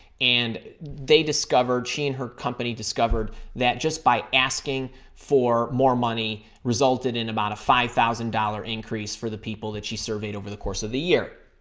and they discovered, she and her company discovered that just by asking for more money resulted in about a five thousand dollars increase for the people that she surveyed over the course of the year.